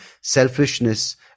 selfishness